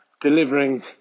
delivering